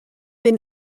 been